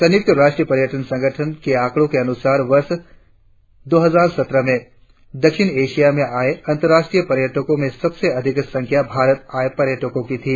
संयुक्त राष्ट्र पर्यटन संगठन के आकड़ो के अनुसार वर्ष दो हजार सत्रह में दक्षिण एशिया में आए अंतराष्ट्रीय पर्यटको में सबसे अधिक संख्या भारत आये पर्यटको की थी